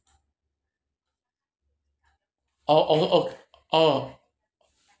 oh oh oh oh